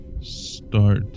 Start